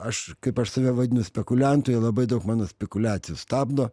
aš kaip aš save vadinu spekuliantu jie labai daug mano spekuliacijų stabdo